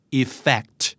effect